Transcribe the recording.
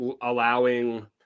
allowing